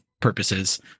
purposes